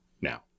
now